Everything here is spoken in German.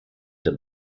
der